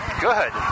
good